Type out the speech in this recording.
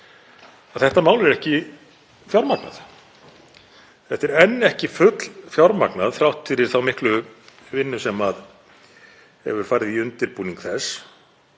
Þetta mál er ekki fjármagnað. Þetta er enn ekki full fjármagnað þrátt fyrir þá miklu vinnu sem hefur farið í undirbúning þess